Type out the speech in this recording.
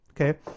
Okay